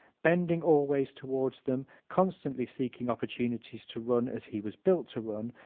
bending always toward them, constantly seeking opportunities to run as he was built to run,